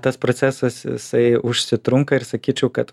tas procesas jisai užsitrunka ir sakyčiau kad